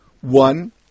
One